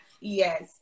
Yes